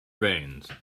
veins